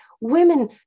women